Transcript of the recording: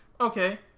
Okay